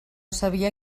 sabia